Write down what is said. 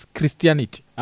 Christianity